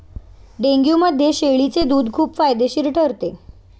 डेंग्यूमध्ये शेळीचे दूध खूप फायदेशीर ठरते